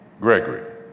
Gregory